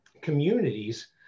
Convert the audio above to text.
communities